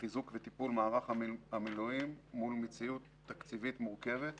לחיזוק וטיפול מערך המילואים מול מציאות תקציבית מורכבת שתסוכם.